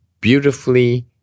beautifully